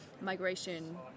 migration